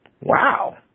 Wow